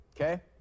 Okay